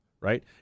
right